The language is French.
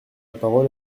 parole